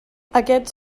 aquests